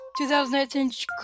2018